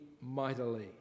mightily